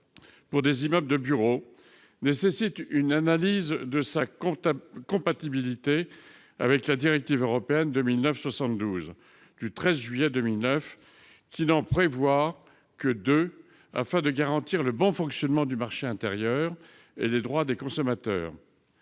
pour des immeubles de bureaux nécessite une analyse de sa compatibilité avec la directive européenne 2009/72/CE du 13 juillet 2009, qui n'en prévoit que deux afin de garantir le bon fonctionnement du marché intérieur et les droits des consommateurs